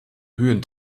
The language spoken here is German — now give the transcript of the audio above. höhen